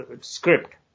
script